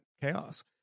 chaos